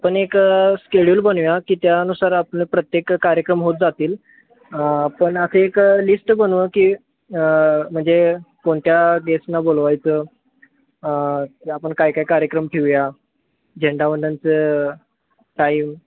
आपण एक स्केड्युल बनवूया की त्यानुसार आपलं प्रत्येक कार्यक्रम होत जातील पण असं एक लिस्ट बनवू की म्हणजे कोणत्या गेस्टना बोलवायचं आपण काय काय कार्यक्रम ठेऊया झेंडावंदनचं टाईम